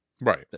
Right